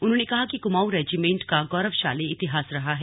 उन्होंने कहा कि कुमाऊं रेजीमेंट का गौरवशाली इतिहास रहा है